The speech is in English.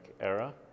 Era